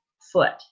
foot